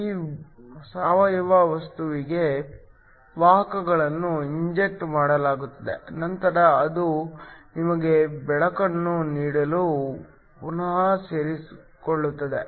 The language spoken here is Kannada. ಈ ಸಾವಯವ ವಸ್ತುವಿಗೆ ವಾಹಕಗಳನ್ನು ಇಂಜೆಕ್ಟ್ಮಾಡಲಾಗುತ್ತದೆ ನಂತರ ಅದು ನಿಮಗೆ ಬೆಳಕನ್ನು ನೀಡಲು ಪುನಃ ಸೇರಿಕೊಳ್ಳುತ್ತದೆ